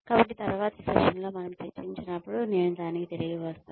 కాబట్టి తరువాతి సెషన్లో మనము చర్చించినప్పుడు నేను దానికి తిరిగి వస్తాను